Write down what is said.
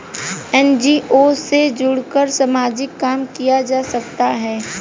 NGO से जुड़कर सामाजिक काम किया जा सकता है